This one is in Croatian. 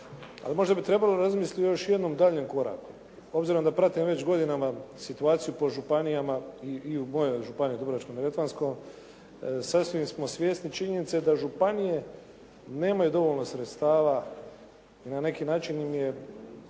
možda bi trebalo razmisliti o još jednom daljnjem koraku. Obzirom da pratim već godinama situaciju po županijama i u mojoj županiji Dubrovačko-neretvanskoj, sasvim smo svjesni činjenice da županije nemaju dovoljno sredstava i na neki način im je,